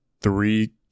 three